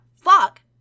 Fuck